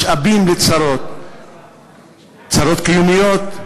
צרות קיומיות,